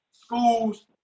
schools